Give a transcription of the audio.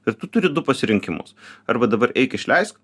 ir tu turi du pasirinkimus arba dabar eik išleisk